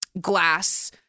glass